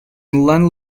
inland